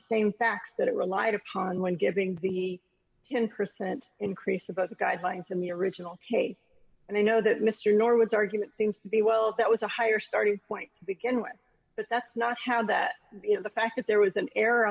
same facts that it relied upon when giving the ten percent increase about the guidelines in the original case and i know that mr norwood's argument seems to be well that was a higher starting point to begin with but that's not how that you know the fact that there was an error on